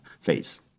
phase